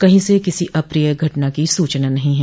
कहीं से किसी अप्रिय घटना की सूचना नहीं है